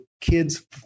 kids